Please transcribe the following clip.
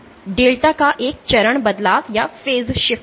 तो डेल्टा का एक चरण बदलाव है